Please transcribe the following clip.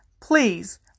please